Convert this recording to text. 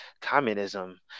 communism